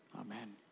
Amen